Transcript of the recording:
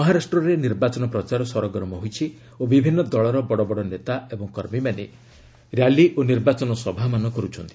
ମହାରାଷ୍ଟ୍ରରେ ନିର୍ବାଚନ ପ୍ରଚାର ସରଗରମ ହୋଇଛି ଓ ବିଭିନ୍ନ ଦଳର ବଡ଼ବଡ଼ ନେତା ଏବଂ କର୍ମୀମାନେ ର୍ୟାଲି ଓ ନିର୍ବାଚନ ସଭାମାନ କରୁଛନ୍ତି